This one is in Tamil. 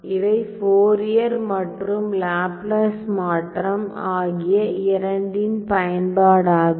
இவை ஃபோரியர் மற்றும் லாப்லாஸ் மாற்றம் ஆகிய இரண்டின் பயன்பாடாகும்